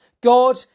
God